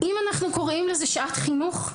אם אנחנו קוראים לזה שעת חירום,